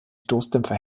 stoßdämpfer